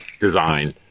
design